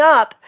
up